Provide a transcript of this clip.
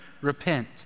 repent